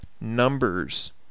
Numbers